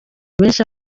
benshi